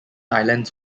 islands